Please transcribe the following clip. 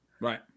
Right